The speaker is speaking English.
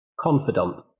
Confidant